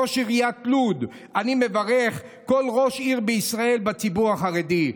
ראש עיריית לוד: אני מברך כל ראש עיר בישראל בציבור החרדי.